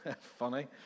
Funny